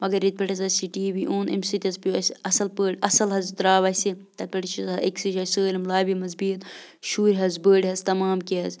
مگر ییٚتہِ پٮ۪ٹھ حظ اَسہِ یہِ ٹی وی اوٚن اَمہِ سۭتۍ حظ پیوٚو اَسہِ اَصٕل پٲٹھۍ اَصٕل حظ درٛاو اَسہِ یہِ تَتہِ پٮ۪ٹھ حظ چھِ آسان أکۍسٕے جایہِ سٲلِم لابی منٛز بِہِت شُرۍ حظ بٔڑۍ حظ تَمام کیٚنٛہہ حظ